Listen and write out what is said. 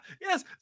Yes